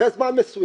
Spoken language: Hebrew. שאחרי זמן מסוים